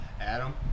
Adam